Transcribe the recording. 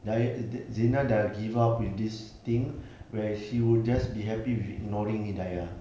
dayah zina sudah give up with this thing where she would just be happy with ignoring hidiyah